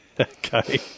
Okay